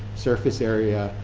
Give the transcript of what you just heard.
surface area,